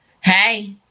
Hey